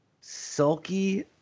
sulky